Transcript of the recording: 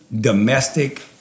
domestic